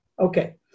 Okay